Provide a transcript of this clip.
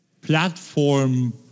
platform